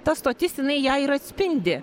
ta stotis jinai ją ir atspindi